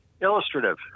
illustrative